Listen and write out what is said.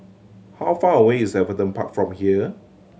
how far away is Everton Park from here